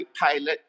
pilot